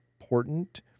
important